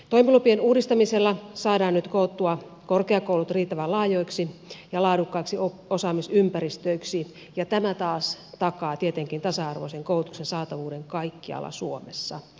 toimilupien uudistamisella saadaan nyt koottua korkeakoulut riittävän laajoiksi ja laadukkaiksi osaamisympäristöiksi ja tämä taas takaa tietenkin tasa arvoisen koulutuksen saatavuuden kaikkialla suomessa